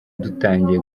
dutangiye